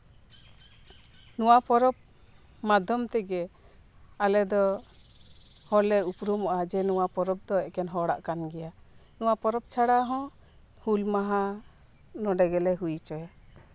ᱱᱚᱶᱟ ᱯᱚᱨᱚᱵᱽ ᱢᱟᱫᱽᱫᱷᱚᱢ ᱛᱮᱜᱮ ᱟᱞᱮ ᱫᱚ ᱦᱚᱲ ᱞᱮ ᱩᱯᱨᱩᱢᱚᱜᱼᱟ ᱡᱮ ᱱᱚᱶᱟ ᱯᱚᱨᱚᱵᱽ ᱫᱚ ᱮᱠᱮᱱ ᱦᱚᱲᱟᱜ ᱠᱟᱱ ᱜᱮᱭᱟ ᱱᱚᱶᱟ ᱯᱚᱨᱚᱵᱽ ᱪᱷᱟᱲᱟ ᱦᱚᱸ ᱦᱩᱞ ᱢᱟᱦᱟ ᱱᱚᱸᱰᱮ ᱜᱮᱞᱮ ᱦᱳᱭ ᱦᱚᱪᱚᱭᱟ